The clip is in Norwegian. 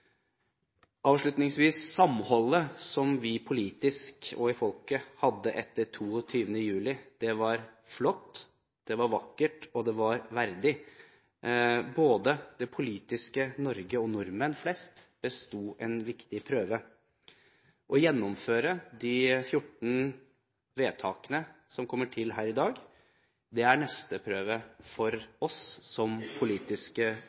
avslutningsvis: Samholdet vi hadde politisk, og i folket, etter 22. juli, var flott, det var vakkert, og det var verdig. Både det politiske Norge og nordmenn flest besto en viktig prøve. Å gjennomføre de 14 forslag til vedtak som vi kommer til å stemme for her i dag, er neste prøve for oss som politiske